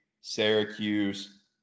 Syracuse